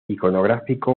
iconográfico